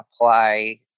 apply